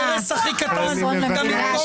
--- חבר הכנסת קריב, אתה מפריע.